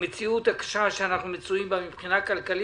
המציאות הקשה שאנחנו מצויים בה מבחינה כלכלית,